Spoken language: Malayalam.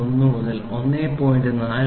1 മുതൽ 1